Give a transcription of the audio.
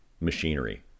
machinery